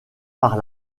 par